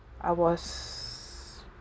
I was